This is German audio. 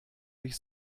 dich